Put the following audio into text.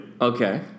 Okay